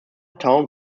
town